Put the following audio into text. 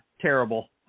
terrible